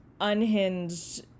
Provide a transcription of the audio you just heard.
unhinged